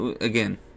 Again